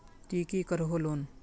ती की करोहो लोन?